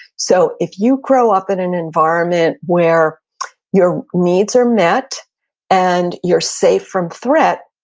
so if you grow up in an environment where your needs are met and you're safe from threat,